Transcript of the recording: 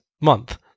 month